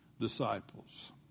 disciples